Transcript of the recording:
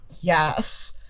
Yes